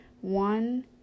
one